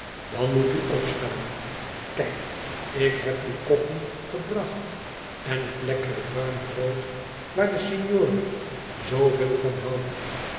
dan moet u opstaan kijk ik heb uw koffie gebracht en het lekkere bruine brood waar de signore zoo veel van houdt